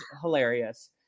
hilarious